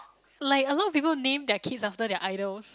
like a lot of people name their kids after their idols